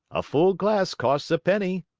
a full glass costs a penny.